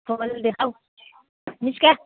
खोलिदिएको हौ निस्क